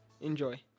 Enjoy